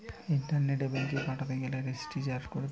ইন্টারনেটে ব্যাঙ্কিং পাঠাতে গেলে রেজিস্টার করতিছে